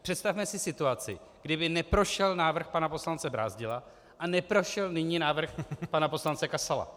Představme si situaci, kdy by neprošel návrh pana poslance Brázdila a neprošel by ani návrh pana poslance Kasala.